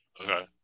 Okay